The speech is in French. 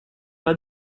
pas